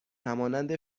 همانند